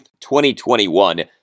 2021